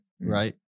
right